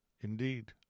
Indeed